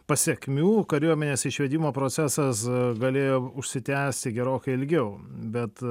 pasekmių kariuomenės išvedimo procesas galėjo užsitęsti gerokai ilgiau bet